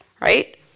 right